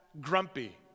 grumpy